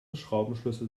schraubenschlüssel